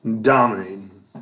Dominating